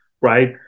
right